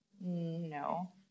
No